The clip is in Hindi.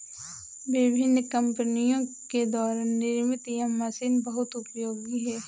विभिन्न कम्पनियों के द्वारा निर्मित यह मशीन बहुत उपयोगी है